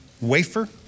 wafer